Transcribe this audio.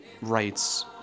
rights